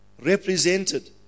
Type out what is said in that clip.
represented